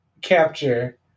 capture